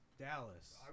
Dallas